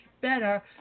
better